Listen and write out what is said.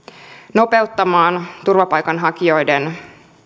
nopeuttamaan turvapaikanhakijoiden